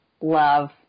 love